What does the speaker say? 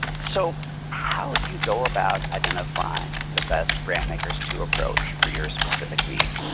so how do you go about identifying the best grant makers to approach for your specific need?